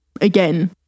again